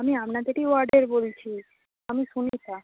আমি আপনাদেরই ওয়ার্ডের বলছি আমি সুমিতা